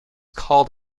called